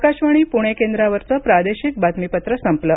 आकाशवाणी पुणे केंद्रावरचं प्रादेशिक बातमीपत्र संपलं